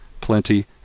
plenty